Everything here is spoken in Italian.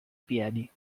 piedi